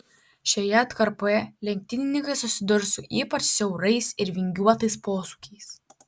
šioje atkarpoje lenktynininkai susidurs su ypač siaurais ir vingiuotais posūkiais